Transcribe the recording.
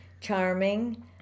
charming